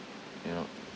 you know